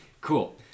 cool